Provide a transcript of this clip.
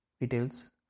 details